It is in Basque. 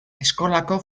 eskolako